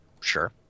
Sure